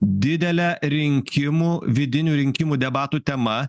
didele rinkimų vidinių rinkimų debatų tema